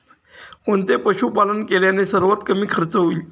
कोणते पशुपालन केल्याने सर्वात कमी खर्च होईल?